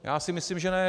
Já si myslím že ne.